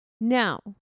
Now